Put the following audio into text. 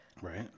Right